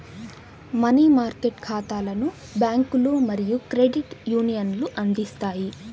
money market ఖాతాలను బ్యాంకులు మరియు క్రెడిట్ యూనియన్లు అందిస్తాయి